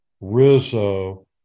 Rizzo